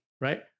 right